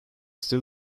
still